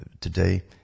today